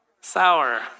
Sour